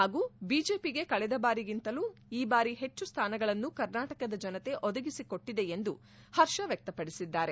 ಹಾಗೂ ಬಿಜೆಪಿಗೆ ಕಳೆದ ಬಾರಿಗಿಂತಲೂ ಈ ಬಾರಿ ಹೆಚ್ಚು ಸ್ಥಾನಗಳನ್ನು ಕರ್ನಾಟಕ ಜನತೆ ಒದಗಿಸಿಕೊಟ್ಟಿದೆ ಎಂದು ಹರ್ಷ ವ್ಯಕ್ತಪಡಿಸಿದ್ದಾರೆ